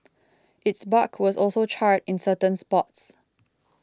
its bark was also charred in certain spots